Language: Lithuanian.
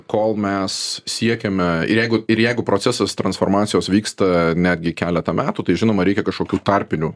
kol mes siekiame ir jeigu ir jeigu procesas transformacijos vyksta netgi keletą metų tai žinoma reikia kažkokių tarpinių